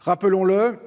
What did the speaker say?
Rappelons-le,